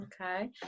Okay